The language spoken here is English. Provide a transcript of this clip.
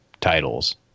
titles